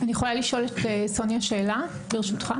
אפשר לשאול שאלה, ברשותך?